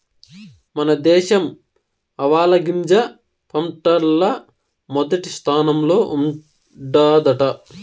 మన దేశం ఆవాలగింజ పంటల్ల మొదటి స్థానంలో ఉండాదట